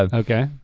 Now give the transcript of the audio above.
um okay.